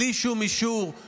בלי שום אישור,